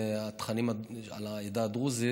התכנים על העדה הדרוזית,